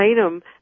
item